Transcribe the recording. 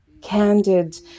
candid